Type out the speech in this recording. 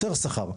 יותר שכר,